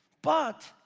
but,